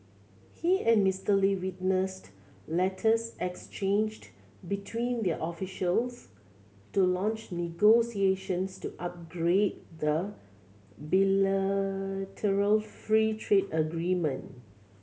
he and Mister Lee witnessed letters exchanged between their officials to launch negotiations to upgrade the bilateral free trade agreement